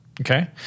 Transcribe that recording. Okay